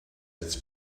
its